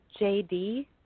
JD